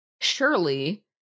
surely